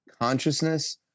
consciousness